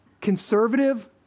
conservative